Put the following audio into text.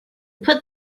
put